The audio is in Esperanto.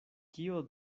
kio